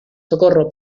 socorro